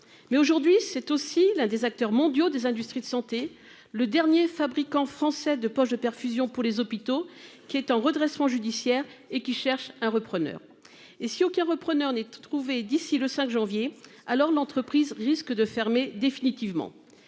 Mais aujourd'hui c'est aussi l'un des acteurs mondiaux des industries de santé. Le dernier fabricant français de poches de perfusion pour les hôpitaux qui est en redressement judiciaire et qui cherche un repreneur. Et si aucun repreneur n'est trouvé d'ici le 5 janvier. Alors l'entreprise risque de fermer définitivement